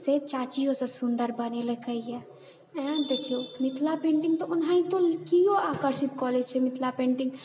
से चाचियों से सुंदर बनेलकैए आए देखिऔ मिथिला पेंटिङ्ग तऽ ओनाहितो केओ आकर्षित कऽ लेइत छै मिथिला पेंटिङ्ग